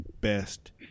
best